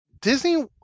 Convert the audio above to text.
Disney